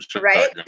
Right